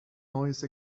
noise